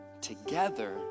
Together